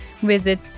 visit